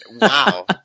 Wow